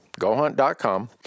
gohunt.com